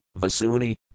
Vasuni